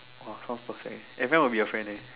!wah! sounds perfect eh everyone will be your friend eh